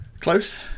Close